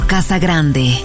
Casagrande